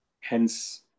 Hence